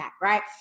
right